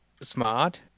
smart